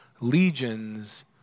legions